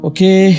Okay